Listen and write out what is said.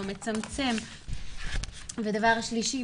לא מצמצם ודבר שלישי,